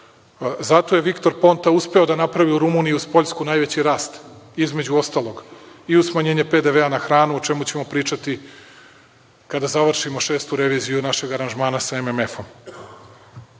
zato je Viktor Ponta uspeo da napravi u Rumuniji, uz Poljsku, najveći rast između ostalog, i uz smanjenje PDV-a na hranu, o čemu ćemo pričati kada završimo šestu reviziju našeg aranžmana sa MMF-om. Iako